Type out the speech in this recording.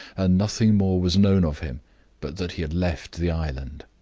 and nothing more was known of him but that he had left the island.